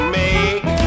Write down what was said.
make